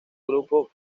grupo